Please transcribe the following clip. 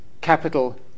capital